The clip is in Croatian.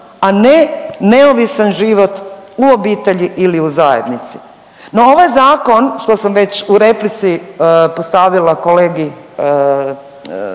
a ne neovisan život u obitelji ili u zajednici. No ovaj zakon što sam već u replici postavila kolegi